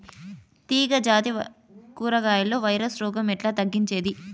తీగ జాతి కూరగాయల్లో వైరస్ రోగం ఎట్లా తగ్గించేది?